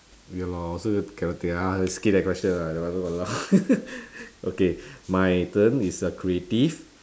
ya lor so you cannot think ah just skip that question lah that one !walao! okay my turn is a creative